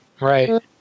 right